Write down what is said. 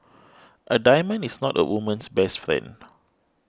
a diamond is not a woman's best friend